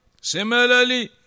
Similarly